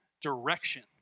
direction